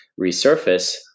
resurface